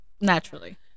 naturally